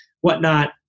whatnot